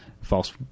false